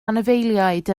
anifeiliaid